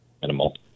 minimal